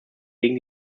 gegen